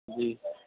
جی